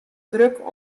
druk